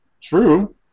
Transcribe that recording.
True